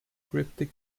cryptic